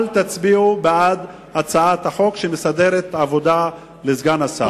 אל תצביעו בעד הצעת החוק שמסדרת עבודה לסגן השר.